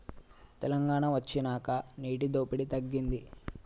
తెలంగాణ వొచ్చినాక నీటి దోపిడి తగ్గింది